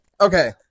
Okay